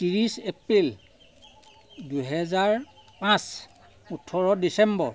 ত্ৰিছ এপ্ৰিল দুহেজাৰ পাঁচ ওঁঠৰ ডিচেম্বৰ